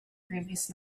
previous